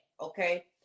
okay